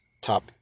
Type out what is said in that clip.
Top